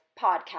podcast